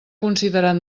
considerat